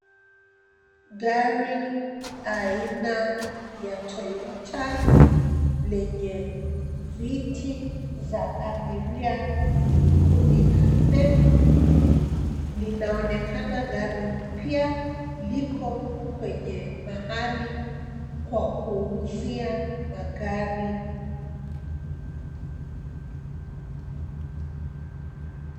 Gari aina ya Toyota lenye viti za abiria kumi na nne; linaonekana gari mpya liko kwenye mahali kwa kuuzia magari.